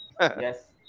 Yes